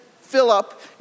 Philip